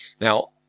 now